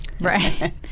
Right